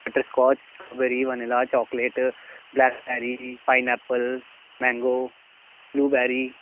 butter scotch strawberry बने दा फिर chocolate blackberry pineapple mango blue बैरी